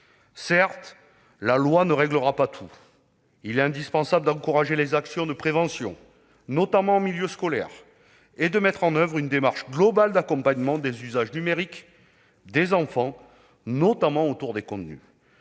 Certes, la loi ne réglera pas tout ; il est indispensable d'encourager les actions de prévention, notamment en milieu scolaire, et de mettre en oeuvre une démarche globale d'accompagnement des usages numériques des enfants, en particulier autour des contenus.